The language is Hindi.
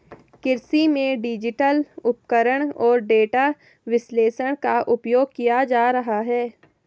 कृषि में डिजिटल उपकरण और डेटा विश्लेषण का उपयोग किया जा रहा है